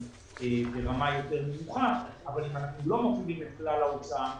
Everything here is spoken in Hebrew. שאנחנו ברמה יותר נמוכה אבל אם אנחנו לא מורידים את כלל ההוצאה,